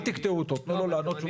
אל תקטעו אותו, תתנו לו לענות.